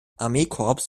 armeekorps